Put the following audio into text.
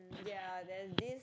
ya then this